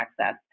access